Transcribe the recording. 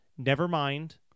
Nevermind